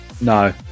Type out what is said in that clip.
No